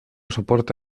soporte